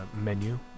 menu